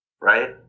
right